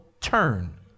turn